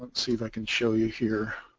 see if i can show you here